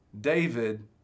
David